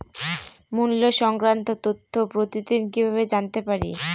মুল্য সংক্রান্ত তথ্য প্রতিদিন কিভাবে জানতে পারি?